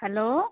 hello